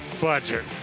budget